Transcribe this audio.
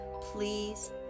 Please